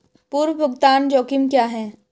पूर्व भुगतान जोखिम क्या हैं?